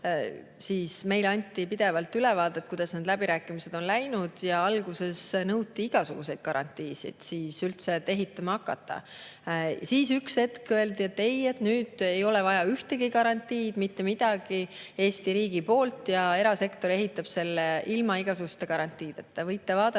anti meile pidevalt ülevaadet, kuidas need läbirääkimised on läinud, ja alguses nõuti igasuguseid garantiisid, et üldse ehitama hakata. Siis üks hetk öeldi, et ei, nüüd ei ole vaja ühtegi garantiid, mitte midagi Eesti riigi poolt ja erasektor ehitab selle ilma igasuguste garantiideta. Võite vaadata